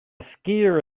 skier